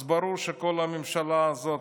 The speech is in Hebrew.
אז ברור שכל הממשלה הזאת,